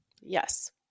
Yes